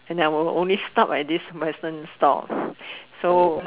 and I will stop at this Western store